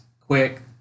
quick